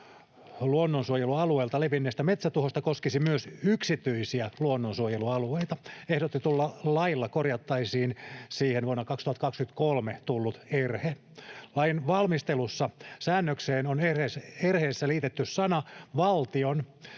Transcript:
luonnonsuojelualueelta levinneestä metsätuhosta koskisi myös yksityisiä luonnonsuojelualueita. Ehdotetulla lailla korjattaisiin siihen vuonna 2023 tullut erhe. Lain valmistelussa säännökseen on erheessä liitetty sana ”valtion”